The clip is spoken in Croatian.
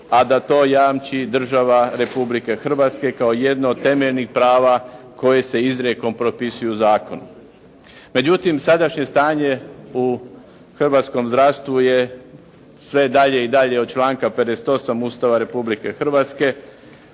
a da to jamči država Republike Hrvatske kao jedno od temeljnih prava koje se izrijekom propisuju u zakonu. Međutim, sadašnje stanje u hrvatskom zdravstvu je sve dalje i dalje od članka 58. Ustava Republike Hrvatske,